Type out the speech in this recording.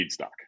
feedstock